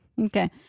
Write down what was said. okay